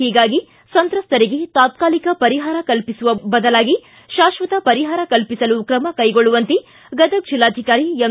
ಹೀಗಾಗಿ ಸಂತ್ರಸ್ಥರಿಗೆ ತಾತ್ಕಾಲಿಕ ಪರಿಹಾರ ಕಲ್ಪಿಸುವ ಬದಲಾಗಿ ಶಾಶ್ವತ ಪರಿಹಾರ ಕಲ್ಪಿಸಲು ಕ್ರಮಕೈಗೊಳ್ಳುವಂತೆ ಗದಗ ಜಿಲ್ಲಾಧಿಕಾರಿ ಎಂ